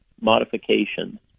modifications